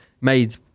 made